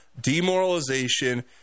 demoralization